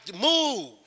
move